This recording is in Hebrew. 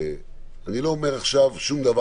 אני לא אומר עכשיו שום דבר.